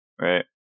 right